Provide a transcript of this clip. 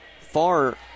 far